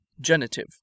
Genitive